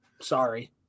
Sorry